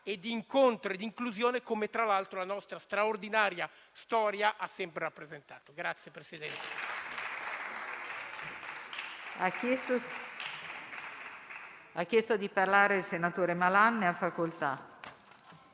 incontro e inclusione, come tra l'altro la nostra straordinaria storia ha sempre rappresentato.